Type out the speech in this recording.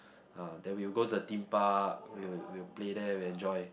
uh then we'll go to the Theme Park we'll we'll play there we'll enjoy